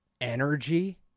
energy